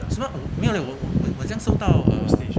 什么无没有了无我将收到 uh